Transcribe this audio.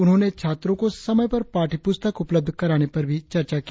उन्होंने छात्रों को समय पर पाठ्यपुस्तक उपलब्ध कराने पर भी चर्चा की